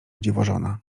dziwożona